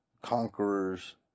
conquerors